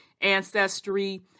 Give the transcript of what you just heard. ancestry